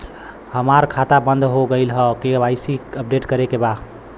हमार खाता बंद हो गईल ह के.वाइ.सी अपडेट करे के बा?